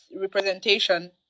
representation